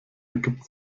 ergibt